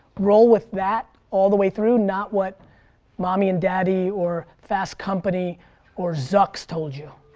roll with that all the way through. not what mommy and daddy or fast company or zucks told you.